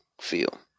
feel